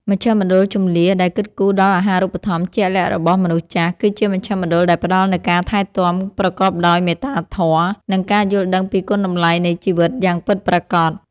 មជ្ឈមណ្ឌលជម្លៀសដែលគិតគូរដល់អាហារូបត្ថម្ភជាក់លាក់របស់មនុស្សចាស់ គឺជាមជ្ឈមណ្ឌលដែលផ្តល់នូវការថែទាំប្រកបដោយមេត្តាធម៌ និងការយល់ដឹងពីគុណតម្លៃនៃជីវិតយ៉ាងពិតប្រាកដ។